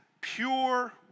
pure